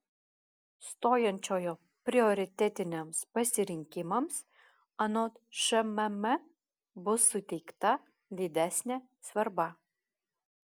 stojančiojo prioritetiniams pasirinkimams anot šmm bus suteikta didesnė svarba